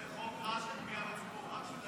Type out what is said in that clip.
זה חוק רע של פגיעה בציבור.